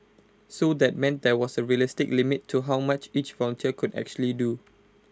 so that meant there was A realistic limit to how much each volunteer could actually do